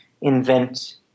invent